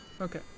Okay